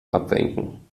abwinken